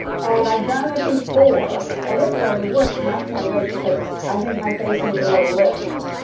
and i've done it before and it really works and i can't wait because i think my face needs a little lift.